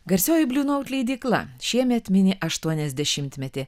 garsioji bliu naut leidykla šiemet mini aštuoniasdešimtmetį